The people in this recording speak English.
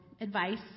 advice